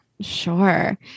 Sure